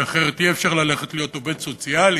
כי אחרת אי-אפשר ללכת להיות עובד סוציאלי,